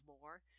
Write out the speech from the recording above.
more